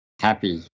happy